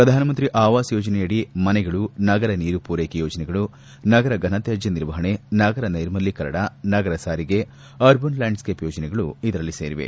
ಪ್ರಧಾನಮಂತ್ರಿ ಆವಾಸ್ ಯೋಜನೆಯಡಿ ಮನೆಗಳು ನಗರ ನೀರು ಪೂರೈಕೆ ಯೋಜನೆಗಳು ನಗರ ಘನತ್ವಾದ್ಯ ನಿರ್ವಹಣೆ ನಗರ ನೈರ್ಮಲೀಕರಣ ನಗರ ಸಾರಿಗೆ ಅರ್ಬನ್ ಲ್ಲಾಂಡ್ ಸ್ನೇಪ್ ಯೋಜನೆಗಳು ಇದರಲ್ಲಿ ಸೇರಿವೆ